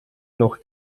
noch